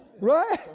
right